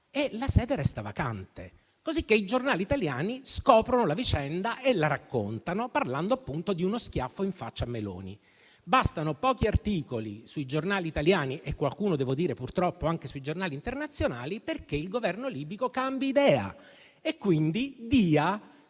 e la sede resta vacante. I giornali italiani scoprono allora la vicenda e la raccontano, parlando appunto di uno schiaffo in faccia a Meloni. Bastano pochi articoli sui giornali italiani e qualcuno, purtroppo, anche sui giornali internazionali perché il Governo libico cambi idea e dia